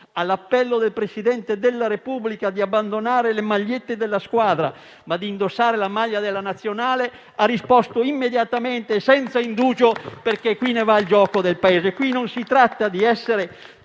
all'appello del Presidente della Repubblica di abbandonare le maglie della propria squadra e di indossare la maglia della Nazionale, ha risposto immediatamente, senza indugio, perché qui è in gioco il Paese. Qui non si tratta di essere